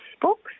books